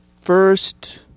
first